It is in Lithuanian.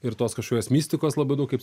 ir tos kažkokios mistikos labai daug kaip